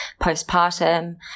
postpartum